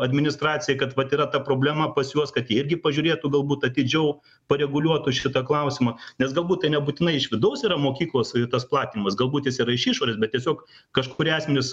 administracijai kad vat yra ta problema pas juos kad jie irgi pažiūrėtų galbūt atidžiau pareguliuotų šitą klausimą nes galbūt tai nebūtinai iš vidaus yra mokyklos tas platimas galbūt jis yra iš išorės bet tiesiog kažkurie asmenys